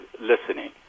listening